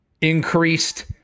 increased